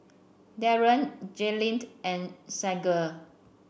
Darryll Jayleened and Saige